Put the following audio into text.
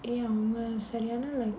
!hey! அவங்க சரியான:avanga sariyaana